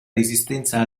resistenza